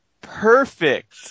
Perfect